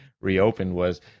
reopened—was